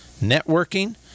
networking